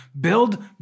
build